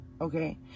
Okay